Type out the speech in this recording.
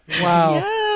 Wow